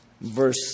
verse